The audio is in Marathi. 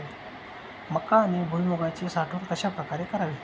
मका व भुईमूगाची साठवण कशाप्रकारे करावी?